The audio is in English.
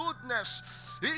goodness